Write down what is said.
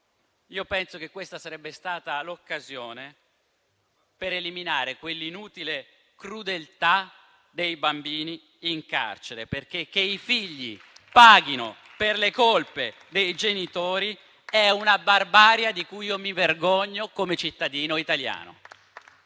parole, che questa sarebbe stata l'occasione per eliminare quell'inutile crudeltà dei bambini in carcere, perché che i figli paghino per le colpe dei genitori è una barbarie di cui io mi vergogno come cittadino italiano.